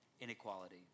inequality